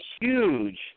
huge